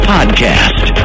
Podcast